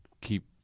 keep